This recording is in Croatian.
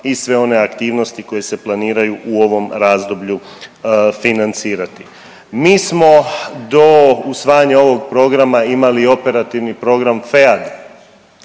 i sve one aktivnosti koje se planiraju u ovom razdoblju financirati. Mi smo do usvajanja ovog programa imali operativni program FEAD